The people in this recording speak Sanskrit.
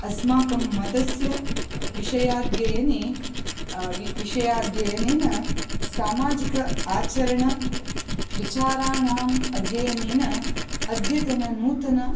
अस्माकं मतस्य विषयाध्ययने विषयाध्ययनेन सामाजिक आचरणविचाराणाम् अध्ययनेन अद्यतन नूतन